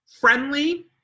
friendly